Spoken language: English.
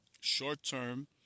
short-term